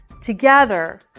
Together